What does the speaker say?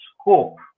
scope